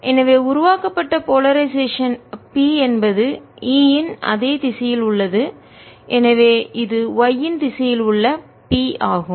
எனவே உருவாக்கப்பட்ட போலரைசேஷன் துருவமுனைப்பு p என்பது E இன் அதே திசையில் உள்ளது எனவே இது y திசையில் உள்ள p ஆகும்